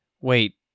wait